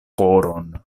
koron